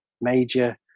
major